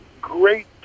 great